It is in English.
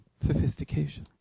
sophistication